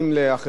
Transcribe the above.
בהזדמנות הזאת,